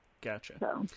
Gotcha